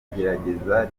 gerageza